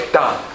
done